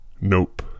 Nope